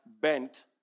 bent